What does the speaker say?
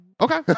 Okay